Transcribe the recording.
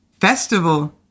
Festival